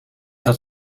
had